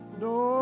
no